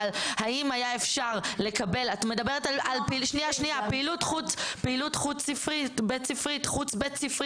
אבל האם היה אפשר לקבל את מדברת על פעילות חוץ בית ספרית,